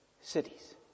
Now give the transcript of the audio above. cities